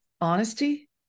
honesty